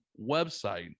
website